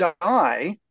die